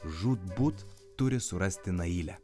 žūtbūt turi surasti nailę